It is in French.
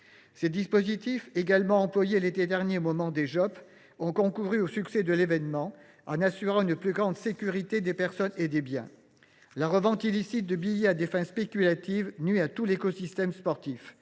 Ces dispositifs, également employés l’été dernier lors des jeux Olympiques et Paralympiques, ont concouru au succès de l’événement en assurant une plus grande sécurité des personnes et des biens. La revente illicite de billets à des fins spéculatives nuit à tout l’écosystème sportif.